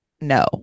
no